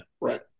Right